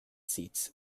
seats